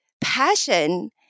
passion